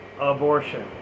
abortion